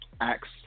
Acts